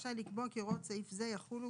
רשאי לקבוע כי הוראות סעיף קטן זה יחולו